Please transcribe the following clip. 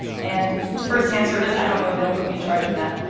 and the first answer is, i don't know, they don't put me in charge of that.